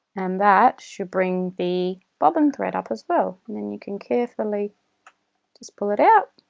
and that should bring the bobbin thread up as well and then you can carefully just pull it out